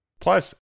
Plus